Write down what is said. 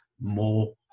more